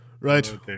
Right